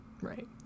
right